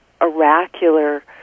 oracular